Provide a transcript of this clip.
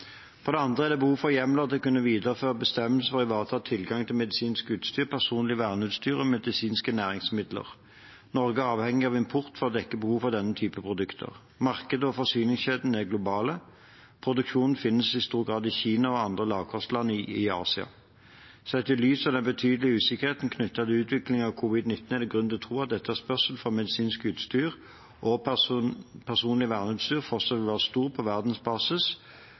For det andre er det behov for hjemler til å kunne videreføre bestemmelser og ivareta tilgang til medisinsk utstyr, personlig verneutstyr og medisinske næringsmidler. Norge er avhengig av import for å dekke behovet for denne type produkter. Markedet og forsyningskjedene er globale. Produksjonen finnes i stor grad i Kina og andre lavkostland i Asia. Sett i lys av den betydelige usikkerheten knyttet til utviklingen av covid-19 er det grunn til å tro at etterspørselen etter medisinsk utstyr og personlig verneutstyr fortsatt vil være stor på verdensbasis,